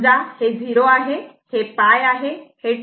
समजा हे 0 आहे हे आहे हे 2 आहे